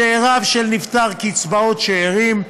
לשאיריו של נפטר, קצבאות שאירים,